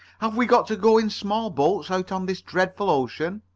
have we got to go in small boats out on this dreadful ocean?